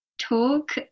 talk